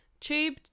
tube